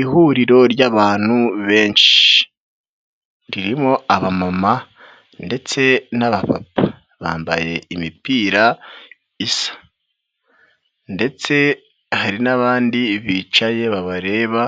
Ihuriro ry'abantu benshi, ririmo aba mama ndetse n'abapapa. Bambaye imipira isa ndetse hari n'abandi bicaye babareba